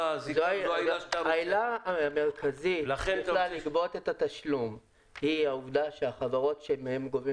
העילה המרכזית לגבות את התשלום היא העובדה שהחברות שמהן גובים